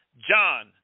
John